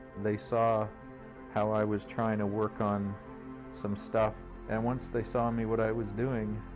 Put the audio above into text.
they saw how i was trying to work on some stuff and once they saw me what i was doing,